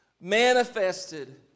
manifested